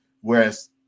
Whereas